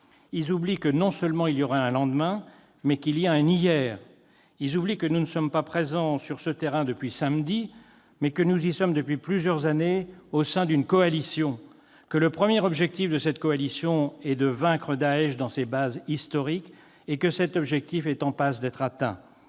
Ils oublient que non seulement il y aura un lendemain, mais qu'il y a un hier. Ils oublient que nous ne sommes pas présents sur ce terrain depuis samedi, mais que nous y sommes depuis plusieurs années au sein d'une coalition. Que le premier objectif de cette coalition est de vaincre Daech dans ses bases historiques et que cet objectif est en passe d'être atteint.